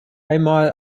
einmal